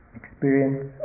experience